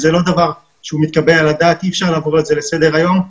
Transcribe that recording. זה לא דבר שהוא מתקבל על הדעת ואי אפשר לעבור על זה לסדר היום.